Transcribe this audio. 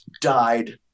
died